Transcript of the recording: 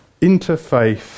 interfaith